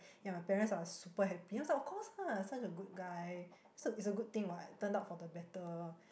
ya my parents are super happy then I was like of course ah such a good guy is a is a good thing what turn out for the better